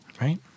right